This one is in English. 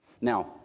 Now